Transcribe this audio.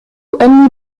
أني